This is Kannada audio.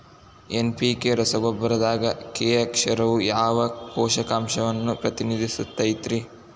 ಎನ್.ಪಿ.ಕೆ ರಸಗೊಬ್ಬರದಾಗ ಕೆ ಅಕ್ಷರವು ಯಾವ ಪೋಷಕಾಂಶವನ್ನ ಪ್ರತಿನಿಧಿಸುತೈತ್ರಿ?